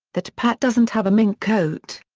that pat doesn't have a mink coat.